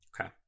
Okay